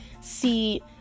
see